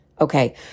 Okay